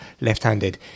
left-handed